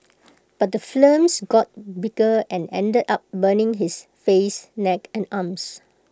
but the flames got bigger and ended up burning his face neck and arms